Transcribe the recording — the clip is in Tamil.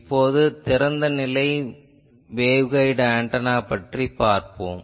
இப்போது திறந்த நிலை வேவ்கைடு ஆன்டெனா பற்றிப் பார்ப்போம்